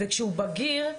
וכשהוא בגיר,